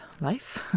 life